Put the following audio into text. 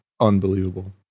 unbelievable